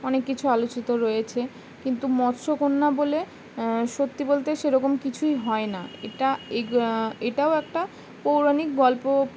অনেক কিছু আলোচিত রয়েছে কিন্তু মৎস্যকণ্যা বলে সত্যি বলতে সেরকম কিছুই হয় না এটা এটাও একটা পৌরাণিক গল্প